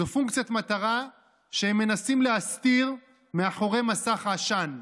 זו פונקציית מטרה שהם מנסים להסתיר מאחורי מסך העשן,